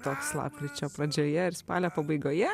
toks lapkričio pradžioje ir spalio pabaigoje